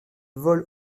vole